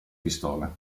pistola